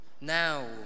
Now